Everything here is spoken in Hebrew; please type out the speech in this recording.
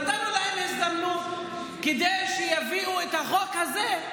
נתנו להם הזדמנות כדי שיביאו את החוק הזה,